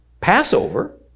passover